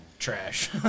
trash